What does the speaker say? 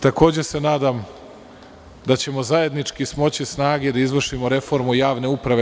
Takođe se nadam da ćemo zajednički smoći snage da izvršimo reformu javne uprave.